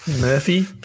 Murphy